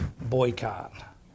boycott